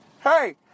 Hey